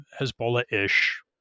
Hezbollah-ish